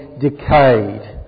decayed